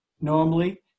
Normally